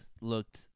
looked